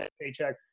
Paycheck